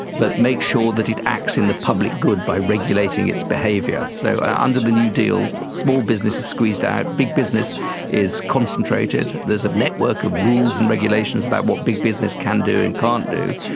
but make sure that it acts in the public good by regulating its behaviour. so under the new deal, small business is squeezed out, big business is concentrated. there's a network of rules and regulations about what big business can do and can't do.